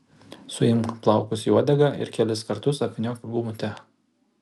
suimk plaukus į uodegą ir kelis kartus apvyniok gumute